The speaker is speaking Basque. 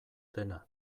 dena